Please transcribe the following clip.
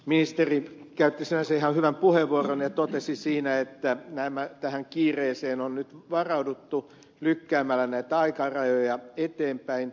ministeri käytti sinänsä ihan hyvän puheenvuoron ja totesi siinä että tähän kiireeseen on nyt varauduttu lykkäämällä näitä aikarajoja eteenpäin